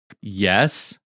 Yes